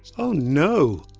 oh no!